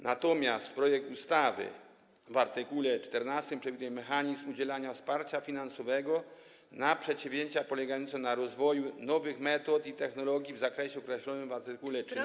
Natomiast projekt ustawy w art. 14 przewiduje mechanizm udzielania wsparcia finansowego na przedsięwzięcia polegające na rozwijaniu nowych metod i technologii w zakresie określonym w art. 13.